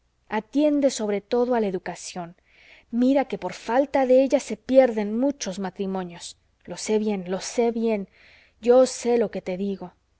atiende sobre todo a la educación mira que por falta de ella se pierden muchos matrimonios lo sé bien lo sé bien yo sé lo que te digo